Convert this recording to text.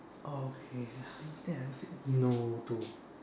oh okay uh something I've said no to